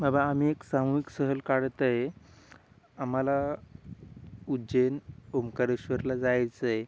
बाबा आम्ही एक सामूहिक सहल काढतं आहे आम्हाला उज्जैन ओंकारेश्वरला जायचंय